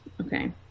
Okay